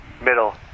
middle